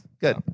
Good